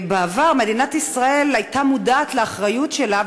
בעבר מדינת ישראל הייתה מודעת לאחריות שלה,